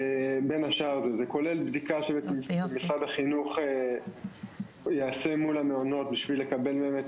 זה כולל בדיקה שמשרד החינוך יעשה מול המעונות בשביל לקבל מהם את